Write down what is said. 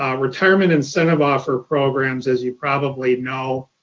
um retirement incentive offer programs, as you probably know,